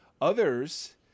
others